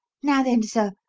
now then, sir,